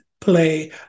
play